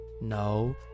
No